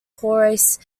horace